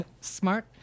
smart